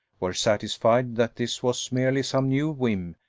were satisfied that this was merely some new whim,